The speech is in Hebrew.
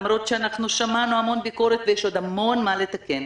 למרות שאנחנו שמענו המון ביקורת ויש עוד המון מה לתקן,